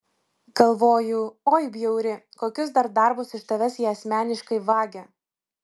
galvoju oi bjauri kokius dar darbus iš tavęs jie asmeniškai vagia